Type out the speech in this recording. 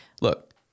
Look